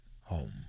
home